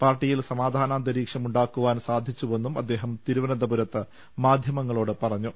പാർട്ടിയിൽ സമാധാനാ ന്തരീക്ഷം ഉണ്ടാക്കുവാൻ സാധിച്ചുവെന്നും അദ്ദേഹം തിരുവനന്തപുരത്ത് മാ ധ്യമങ്ങളോട് പറഞ്ഞു